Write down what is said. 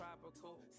tropical